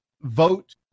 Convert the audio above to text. vote